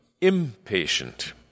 impatient